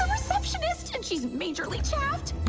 receptionist and she's majorly trapped